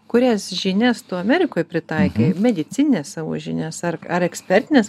kurias žinias tu amerikoj pritaikai medicinines savo žinias ar ar ekspertines